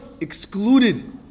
excluded